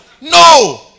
no